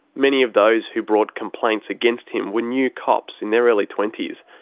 many of those who brought complaints against him were new cops in their early twenties.